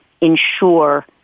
ensure